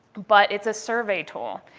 but it's a survey tool.